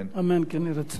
אמן כן יהי רצון.